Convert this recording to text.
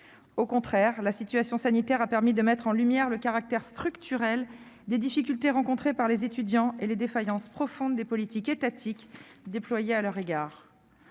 Au contraire, la situation sanitaire a permis de mettre en lumière le caractère structurel des difficultés rencontrées par les étudiants et les défaillances profondes des politiques étatiques déployées à leur égard.